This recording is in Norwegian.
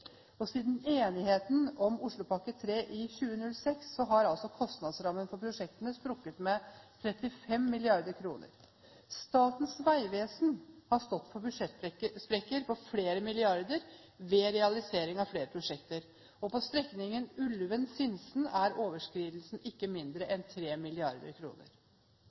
Nord-Europa. Siden enigheten om Oslopakke 3 i 2006 har kostnadsrammen for prosjektene sprukket med 35 mrd. kr. Statens vegvesen har stått for budsjettsprekker på flere milliarder ved realiseringen av flere prosjekter. På strekningen Ulven–Sinsen er overskridelsen ikke mindre enn